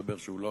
מסתבר שהוא לא